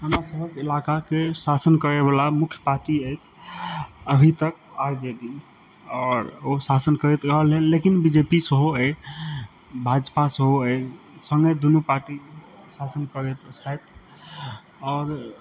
हमरा सभक इलाकाके शासन करयवला मुख्य पार्टी अछि अभी तक आर जे डी आओर ओ शासन करैत रहल लेकिन बी जे पी सेहो अइ भाजपा सेहो अइ सङ्गे दुनू पार्टी शासन करैत छथि आओर